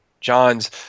John's